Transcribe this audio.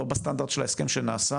לא בסטנדרט של ההסכם שנעשה,